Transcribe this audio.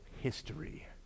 history